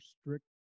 strict